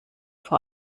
vor